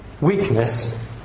weakness